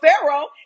Pharaoh